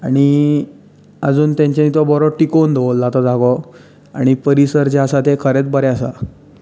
आनी आजून तेंच्यांनी तो बरो टिकोवन दवरला तो जागो आनी परिसर जें आसा तें खरेंच बरें आसा